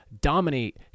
dominate